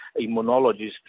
immunologists